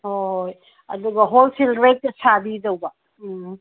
ꯍꯣꯏ ꯑꯗꯨꯒ ꯍꯣꯜꯁꯦꯜ ꯔꯦꯠꯇ ꯁꯥꯕꯤꯗꯧꯕ ꯎꯝ